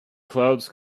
clouds